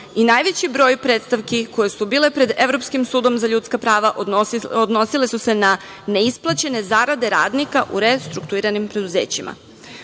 i najveći broj predstavki koje su bile pred Evropskim sudom za ljudska prava odnosile su se na neisplaćene zarade radnice u restruktuiranim preduzećima. Mi